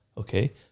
Okay